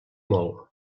molt